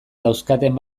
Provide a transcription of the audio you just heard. dauzkaten